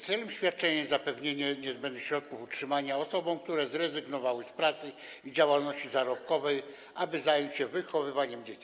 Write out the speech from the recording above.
Celem świadczenia jest zapewnienie niezbędnych środków utrzymania osobom, które zrezygnowały z pracy i działalności zarobkowej, aby zająć się wychowywaniem dzieci.